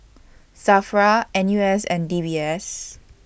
SAFRA N U S and D B S